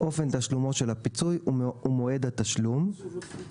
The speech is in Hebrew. אופן תשלומו של הפיצוי ומועד התשלום.";